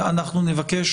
אנחנו נבקש